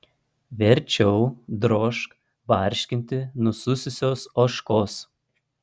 verčiau drožk barškinti nusususios ožkos